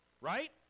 right